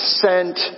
sent